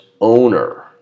owner